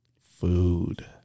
food